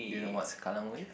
do you know what's Kallang Wave